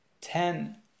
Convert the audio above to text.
ten